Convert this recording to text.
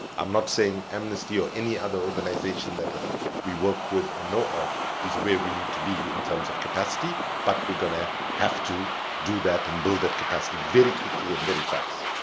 i'm not saying amnesty or any other organization that ah we work with or know of is where we need to be in terms of capacity, but we're gonna have to do that and build that capacity very quickly and very fast.